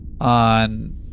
on